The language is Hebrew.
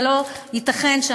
והרי זה לא ייתכן שאנחנו,